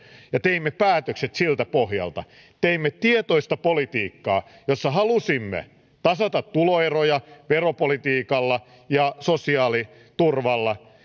ja teimme päätökset siltä pohjalta teimme tietoista politiikkaa jossa halusimme tasata tuloeroja veropolitiikalla ja sosiaaliturvalla